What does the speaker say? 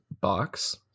box